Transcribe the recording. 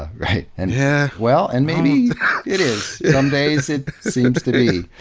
right? and yeah well, and maybe it is, somedays it seems to be,